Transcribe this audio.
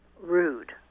rude